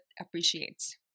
appreciates